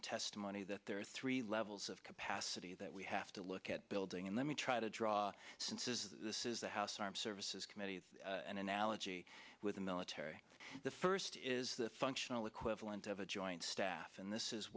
the testimony that there are three levels of capacity that we have to look at building and let me try to draw since is that this is the house armed services committee an analogy with the military the first is the functional equivalent of a joint staff and this is